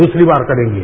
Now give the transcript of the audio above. दूसरी बार करेंगे